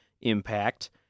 impact